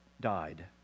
died